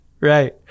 Right